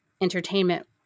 entertainment